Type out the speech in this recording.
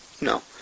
No